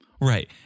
Right